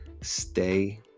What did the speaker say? stay